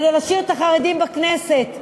כדי להשאיר את החרדים בכנסת ובממשלה,